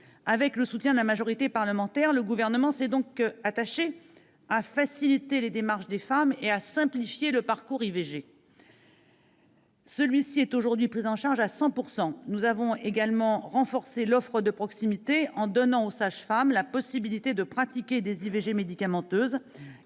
Avec le soutien de la majorité parlementaire, le Gouvernement s'est donc attaché à faciliter les démarches des femmes et à simplifier le parcours IVG, qui est aujourd'hui pris en charge à 100 %. Nous avons aussi renforcé l'offre de proximité, en donnant aux sages-femmes la possibilité de pratiquer des IVG médicamenteuses